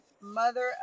mother